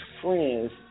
friends